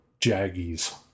jaggies